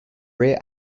rear